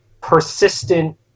persistent